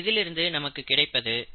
இதிலிருந்து நமக்கு கிடைப்பது 1x dxdt µ